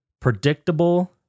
predictable